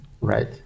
Right